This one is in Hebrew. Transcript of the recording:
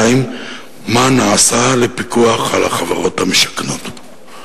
2. מה נעשה לפיקוח על החברות המשכנות?